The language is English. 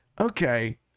okay